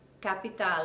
Capital